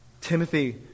Timothy